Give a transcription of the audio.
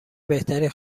بهتری